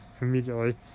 immediately